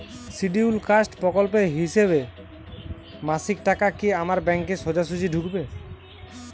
Scheduled caste প্রকল্পের হিসেবে মাসিক টাকা কি আমার ব্যাংকে সোজাসুজি ঢুকবে?